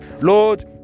Lord